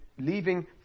Leaving